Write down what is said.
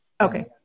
Okay